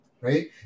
Right